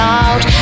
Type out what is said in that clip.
out